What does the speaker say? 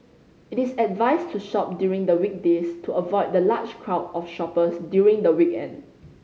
it is advised to shop during the weekdays to avoid the large crowd of shoppers during the weekend